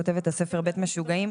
כותבת הספר "בית משוגעים".